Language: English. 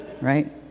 Right